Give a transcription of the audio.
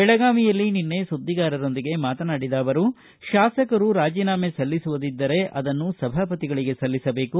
ಬೆಳಗಾವಿಯಲ್ಲಿ ನಿನ್ನೆ ಸುದ್ದಿಗಾರರೊಂದಿಗೆ ಮಾತನಾಡಿದ ಅವರು ತಾಸಕರು ರಾಜೀನಾಮೆ ಸಲ್ಲಿಸುವುದಿದ್ದರೆ ಅದನ್ನು ಸಭಾಪತಿಗಳಿಗೆ ಸಲ್ಲಿಸಬೇಕು